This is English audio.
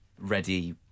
ready